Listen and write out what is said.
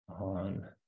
on